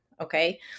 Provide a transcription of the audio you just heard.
okay